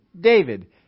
David